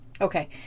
Okay